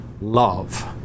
love